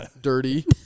dirty